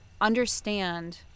understand